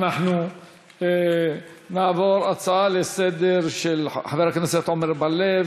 אנחנו נעבור להצבעה על ההצעה לסדר-היום של חבר הכנסת עמר בר-לב: